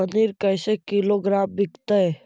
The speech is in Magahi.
पनिर कैसे किलोग्राम विकतै?